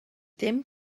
dim